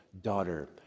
daughter